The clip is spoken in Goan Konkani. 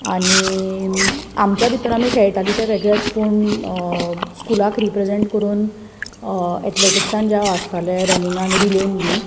आनी आमच्या भितर आमी खेळटालीं तें वेगळेंच पूण स्कुलाक रिप्रेझेंट करून एट्लेटिक्सान जें आसतालें रनिंगान रिलेन बी